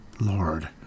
Lord